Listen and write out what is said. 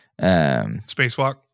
Spacewalk